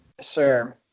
Sir